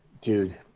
Dude